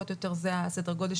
זה פחות או יותר סדר הגודל.